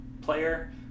player